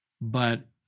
But-